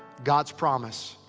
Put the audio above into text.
god's promise.